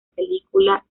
película